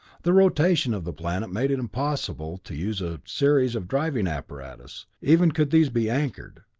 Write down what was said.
the rotation of the planet made it impossible to use a series of driving apparatus, even could these be anchored,